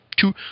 two